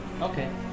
Okay